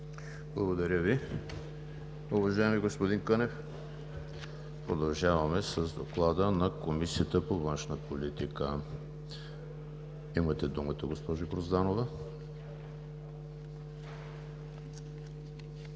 Благодаря Ви, уважаеми господин Кънев. Продължаваме с Доклада на Комисията по външна политика. Имате думата, госпожо Грозданова.